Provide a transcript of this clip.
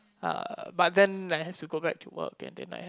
uh but then I have to go back to work and then I have